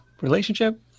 relationship